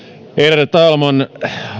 ärade talman